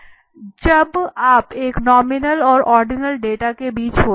जब आप एक नॉमिनल और ओर्डिनल डेटा के बीच होते हैं